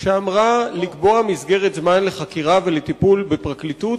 שמטרתה לקבוע מסגרת זמן לחקירה ולטיפול בפרקליטות